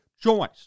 choice